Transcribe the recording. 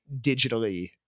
digitally